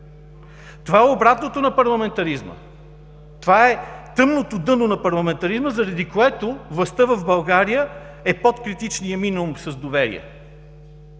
Това е обратното на парламентаризма. Това е тъмното дъно на парламентаризма, заради което властта в България е под критичния минимум с доверие.